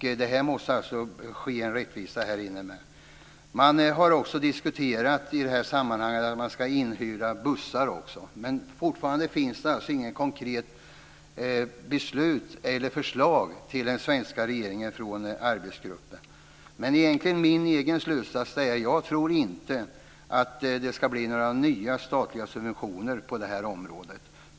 Det måste alltså finnas en rättvisa här också. Man har i detta sammanhang också diskuterat att man ska hyra in bussar, men fortfarande finns inget konkret beslut eller förslag till den svenska regeringen från arbetsgruppen. Min egen slutsats blir att jag inte tror att det ska bli några nya statliga subventioner på det här området.